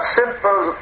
simple